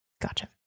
Gotcha